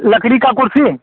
लकड़ी की कुर्सी